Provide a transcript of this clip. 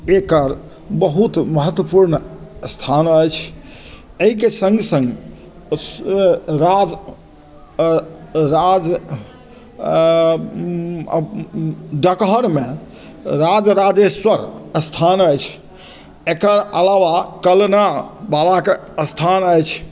एकर बहुत महत्वपूर्ण स्थान अछि अइके सङ्ग सङ्ग राज राज डोकहरमे राज राजेश्वर स्थान अछि एकर अलावा कलना बाबाके स्थान अछि